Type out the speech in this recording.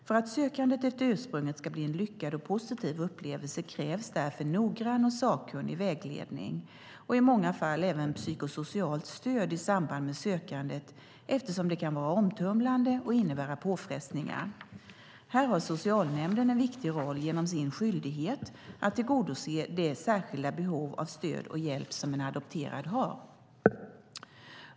För att sökandet efter ursprunget ska bli en lyckad och positiv upplevelse krävs därför noggrann och sakkunnig vägledning och i många fall även psykosocialt stöd i samband med sökandet, eftersom det kan vara omtumlande och innebära påfrestningar. Här har socialnämnden en viktig roll genom sin skyldighet att tillgodose det särskilda behov av stöd och hjälp som en adopterad har.